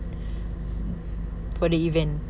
for the event